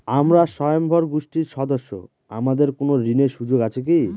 আমরা স্বয়ম্ভর গোষ্ঠীর সদস্য আমাদের কোন ঋণের সুযোগ আছে কি?